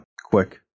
Quick